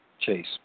chase